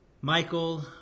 Michael